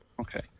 Okay